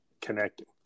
Connecting